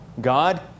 God